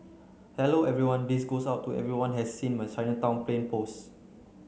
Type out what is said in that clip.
hello everyone this goes out to everyone has seen my Chinatown plane post